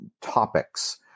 topics